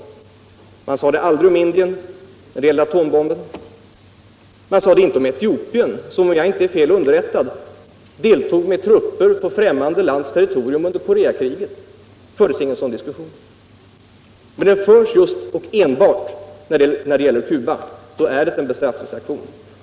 Något sådant resonemang fördes aldrig om Indien när det gällde atombomben och det fördes ingen sådan diskussion om Etiopien, som om jag inte är fel underrättad deltog med trupper på främmande lands territorium under Koreakriget. Men en sådan debatt förs just och enbart när det gäller Cuba. Det är således en bestraffningsaktion.